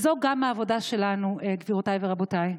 זו גם העבודה שלנו, גבירותיי ורבותיי.